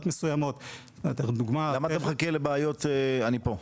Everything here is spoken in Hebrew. מסוימות --- למה אתה מחכה לבעיות כדי ליצור פתרון?